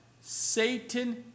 Satan